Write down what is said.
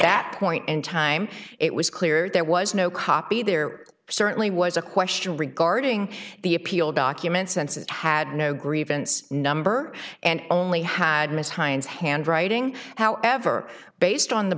that point in time it was clear there was no copy there certainly was a question regarding the appeal documents census had no grievance number and only had ms hines handwriting however based on the